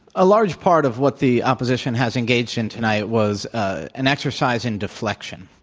a large part of what the opposition has engaged in tonight was an exercise in deflection,